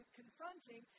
confronting